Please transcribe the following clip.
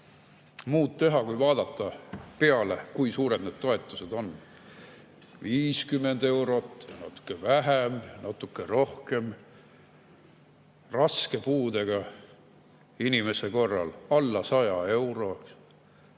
muud teha, kui vaadata, kui suured need toetused on. 50 eurot või natuke vähem, natuke rohkem. Raske puudega inimese korral alla 100 euro.